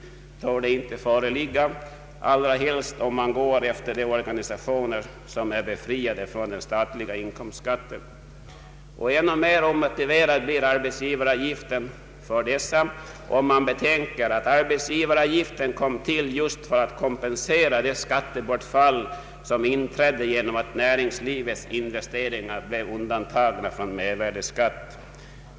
den allmänna arbetsgivaravgiften torde icke föreligga, i synnerhet om man går efter de organisationer som är befriade från statlig inkomstskatt. ännu mera omotiverad blir arbetsgivaravgiften för dessa, om man betänker att arbetsgivaravgiften kom till just för att kompensera det skattebortfall som inträdde genom att näringslivets investeringar blev undantagna från mervärdeskatt.